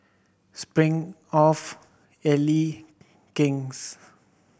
Smirnoff Elle King's